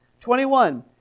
Twenty-one